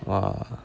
!wah!